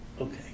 Okay